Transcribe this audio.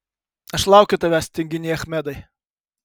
aš laukiu tavęs tinginy achmedai